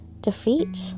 defeat